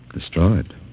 Destroyed